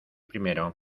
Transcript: primero